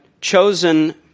chosen